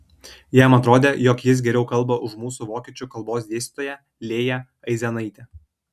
jam atrodė jog jis geriau kalba už mūsų vokiečių kalbos dėstytoją lėją aizenaitę